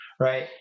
Right